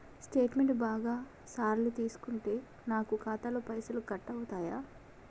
Statement బాగా సార్లు తీసుకుంటే నాకు ఖాతాలో పైసలు కట్ అవుతయా?